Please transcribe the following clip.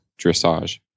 dressage